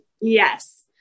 Yes